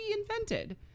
invented